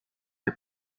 the